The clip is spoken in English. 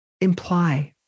imply